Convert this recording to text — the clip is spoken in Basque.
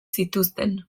zituzten